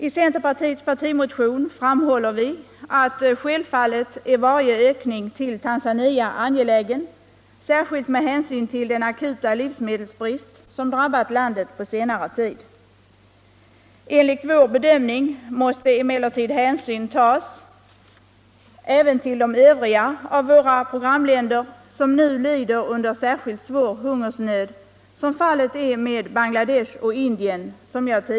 I centerpartiets partimotion framhåller vi att självfallet är varje ökning till Tanzania angelägen, särskilt med hänsyn till den akuta livsmedelsbrist som på senare tid har drabbat landet. Enligt vår bedömning måste emellertid hänsyn tas även till de övriga av våra programländer som nu lider under svår hungersnöd, som fallet är med Bangladesh och Indien.